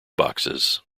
boxes